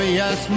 yes